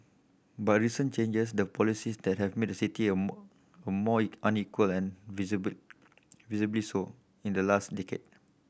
but recent changes the policy that have made the city a a more unequal and visibly so in the last decade